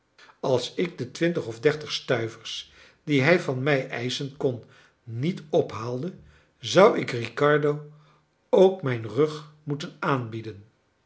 als ik de twintig of dertig stuivers die hij van mij eischen kon niet ophaalde zou ik riccardo ook mijn rug moeten aanbieden